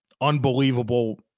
unbelievable